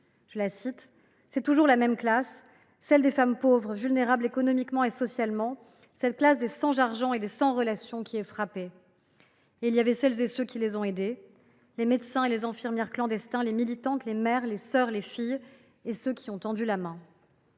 de 1972 :« C’est toujours la même classe, celle des femmes pauvres, vulnérables économiquement et socialement, cette classe des sans argent et des sans relations qui est frappée. » Il y avait aussi celles et ceux qui les ont aidées : les médecins et les infirmières clandestins, les militantes, les mères, les sœurs, les filles, et ceux qui ont tendu la main.